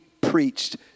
preached